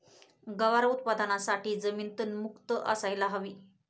गवार उत्पादनासाठी जमीन तणमुक्त असायला हवी